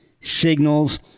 Signals